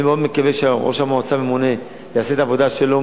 אני מאוד מקווה שראש המועצה הממונה יעשה את העבודה שלו.